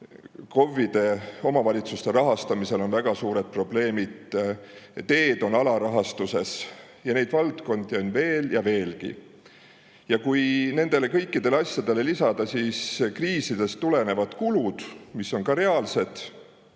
KOV‑ide, omavalitsuste rahastamisel on väga suured probleemid. Teed on alarahastatud ja neid valdkondi on veel ja veel. Ja kui kõikidele nendele asjadele lisada kriisidest tulenevad kulud, mis on ka reaalsed,